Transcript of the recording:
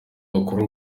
bakora